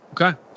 Okay